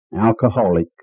alcoholic